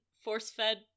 force-fed